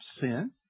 sin